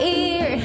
ear